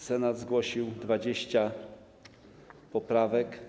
Senat zgłosił 20 poprawek.